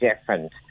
different